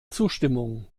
zustimmung